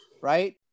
right